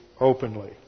openly